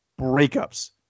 breakups